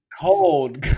cold